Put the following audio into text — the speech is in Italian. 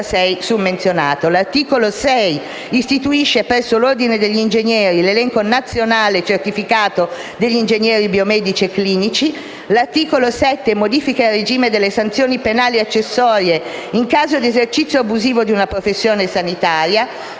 L'articolo 6 istituisce, presso l'Ordine degli ingegneri, l'elenco nazionale certificato degli ingegneri biomedici e clinici. L'articolo 7 modifica il regime delle sanzioni penali ed accessorie in caso di esercizio abusivo di una professione sanitaria.